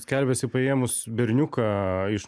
skelbiasi paėmus berniuką iš